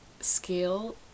scale